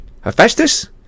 Hephaestus